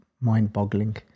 mind-boggling